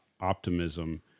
optimism